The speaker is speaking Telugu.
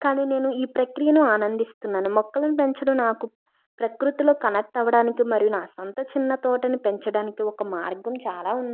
కాని నేను ఈ ప్రక్రియను ఆనందిస్తునాను మొక్కలను పెంచడం నాకు ప్రకృతిలో కనెక్ట్ అవడానికి మరియు నా స్వంత చిన్న తోటని పెంచడానికి ఒక మార్గం చాలా ఉంది